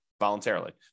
voluntarily